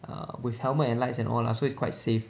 err with helmet and lights and all lah so it's quite safe